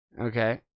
Okay